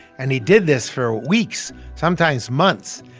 and he did this for weeks, sometimes months,